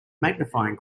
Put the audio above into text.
magnifying